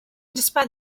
despite